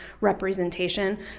representation